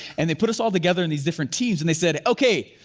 and they put us all together in these different teams and they said, okay,